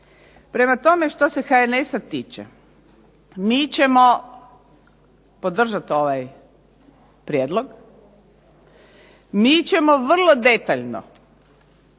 Prema tome, što se HNS-a tiče mi ćemo podržati ovaj prijedlog, mi ćemo vrlo detaljno